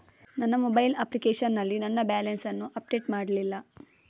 ನನ್ನ mobile application ನಲ್ಲಿ ನನ್ನ ಬ್ಯಾಲೆನ್ಸ್ ಅನ್ನು ಅಪ್ಡೇಟ್ ಮಾಡ್ಲಿಲ್ಲ